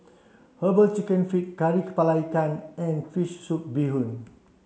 herbal chicken feet Kari Kepala Ikan and fish soup bee hoon